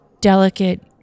delicate